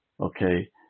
okay